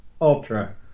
Ultra